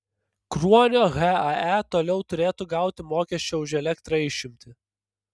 kruonio hae toliau turėtų gauti mokesčio už elektrą išimtį